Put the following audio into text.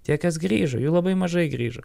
tie kas grįžo jų labai mažai grįžo